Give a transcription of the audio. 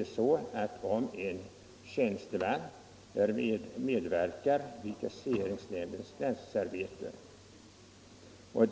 >om jag fattar det kan den tjänsteman, som medverkar i taxeringsnämndens granskningsarbete på